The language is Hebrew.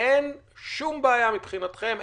אין שום בעיה מבחינתכם,